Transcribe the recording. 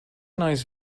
nice